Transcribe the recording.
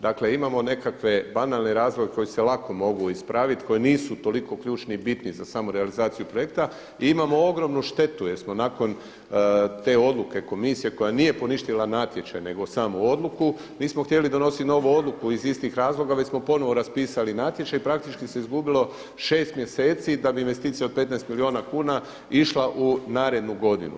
Dakle, imamo nekakve banalne razloge koji se lako mogu ispraviti koji nisu toliko ključni i bitni za samu realizaciju projekta i imamo ogromnu štetu jer smo nakon te odluke komisije koja nije poništila natječaj nego samo odluku, nismo htjeli donositi novu odluku iz istih razloga već smo ponovno raspisali natječaj i praktički se izgubilo 6 mjeseci da bi investicija od 15 milijuna kuna išla u narednu godinu.